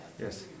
Yes